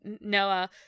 Noah